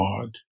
god